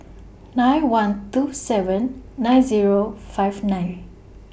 nine one two seven nine Zero five nine